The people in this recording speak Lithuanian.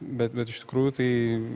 bet bet iš tikrųjų tai